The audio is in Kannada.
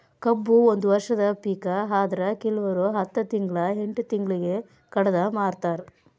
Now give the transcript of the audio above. ಕಬ್ಬು ಒಂದ ವರ್ಷದ ಪಿಕ ಆದ್ರೆ ಕಿಲ್ವರು ಹತ್ತ ತಿಂಗ್ಳಾ ಎಂಟ್ ತಿಂಗ್ಳಿಗೆ ಕಡದ ಮಾರ್ತಾರ್